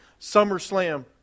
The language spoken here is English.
SummerSlam –